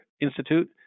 Institute